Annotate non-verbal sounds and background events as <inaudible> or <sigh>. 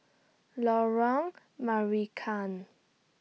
Lorong <noise> Marican